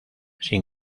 sin